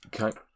Okay